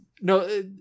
no